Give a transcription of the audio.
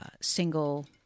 single